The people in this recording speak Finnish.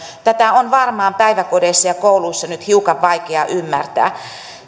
tätä on varmaan päiväkodeissa ja kouluissa nyt hiukan vaikea ymmärtää